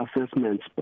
assessments